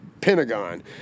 Pentagon